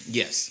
yes